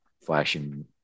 flashing